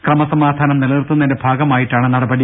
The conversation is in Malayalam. ക്രമസമാധാനം നിലനിർത്തുന്നതിന്റെ ഭാഗമായിട്ടാണ് നടപടി